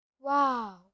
Wow